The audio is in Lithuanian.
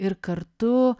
ir kartu